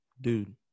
Dude